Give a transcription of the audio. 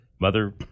mother